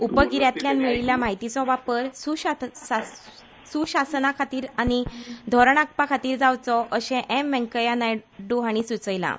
उपगि यांतल्यान मेळिल्ल्या म्हायतीचो वापर सुशासना खातीर आनी धोरण आंखपा खातीर जावचो अशें एम वैंकय्या नायडू हांणी सुचयलां